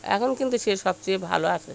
এখন কিন্তু সে সবচেয়ে ভালো আছে